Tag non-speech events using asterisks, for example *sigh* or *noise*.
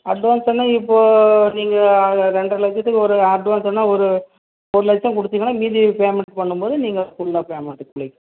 அட்வான்ஸுனா இப்போது நீங்கள் ரெண்ட்ரை லட்சத்துக்கு ஒரு அட்வான்ஸுனா ஒரு ஒரு லட்சம் கொடுத்தீங்கன்னா மீதி பேமெண்ட் பண்ணும்போது நீங்கள் ஃபுல்லாக பேமெண்ட்டு *unintelligible* பண்ணிக்கலாம்மா